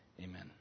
Amen